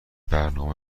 برنامه